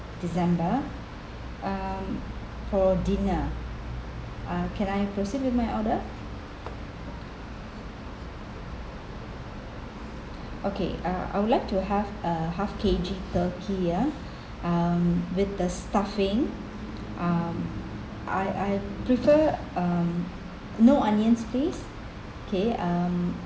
december um for dinner uh can I proceed with my order okay uh I would like to have uh half K_G turkey ah um with the stuffing um I I prefer um no onions please okay um